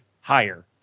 higher